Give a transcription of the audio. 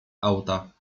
auta